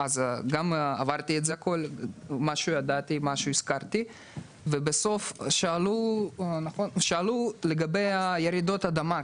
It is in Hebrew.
עברתי את כל ההליך ובסוף שאלו לגבי רעידות אדמה,